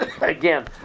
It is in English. again